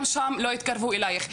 גם שם לא יתקרבו אליך.